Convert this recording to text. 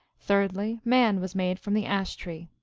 thirdly, man was made from the ash-tree.